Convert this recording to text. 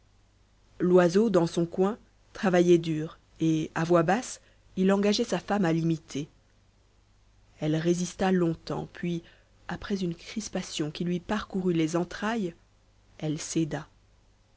loiseau dans son coin travaillait dur et à voix basse il engageait sa femme à l'imiter elle résista longtemps puis après une crispation qui lui parcourut les entrailles elle céda